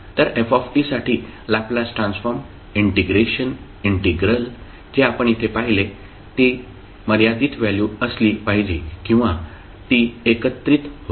तर f साठी Laplace transform integration integral जे आपण येथे पाहिले ती मर्यादित व्हॅल्यू असली पाहिजे किंवा ती एकत्रित होईल